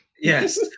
Yes